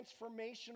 transformational